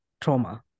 trauma